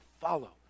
follow